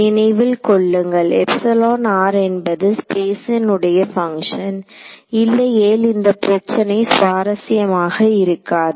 நினைவில் கொள்ளுங்கள் என்பது ஸ்பேஸின் உடைய பங்க்ஷன் இல்லையேல் இந்த பிரச்சனை சுவாரஸ்யமாக இருக்காது